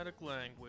language